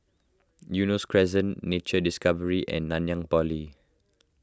Eunos Crescent Nature Discovery and Nanyang Poly